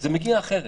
זה מגיע אחרת.